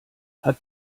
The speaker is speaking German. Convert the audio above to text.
hat